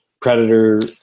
Predator